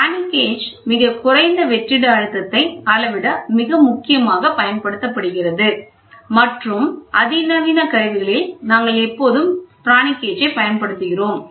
பிரானி gauge மிகக் குறைந்த வெற்றிட அழுத்தத்தை அளவிட மிக முக்கியமாக பயன்படுத்தப்படுகிறது மற்றும் அதிநவீன கருவிகளில் நாங்கள் எப்போதும் பிரானி கேஜ்யை பயன்படுத்துகிறோம்